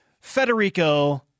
Federico